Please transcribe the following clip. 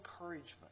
encouragement